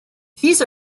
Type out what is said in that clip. these